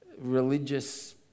Religious